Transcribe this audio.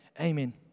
amen